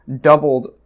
doubled